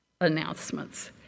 announcements